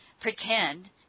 pretend